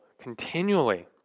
continually